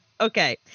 Okay